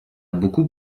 beaucoup